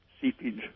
seepage